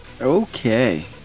Okay